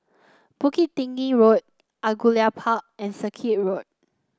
Bukit Tinggi Road Angullia Park and Circuit Road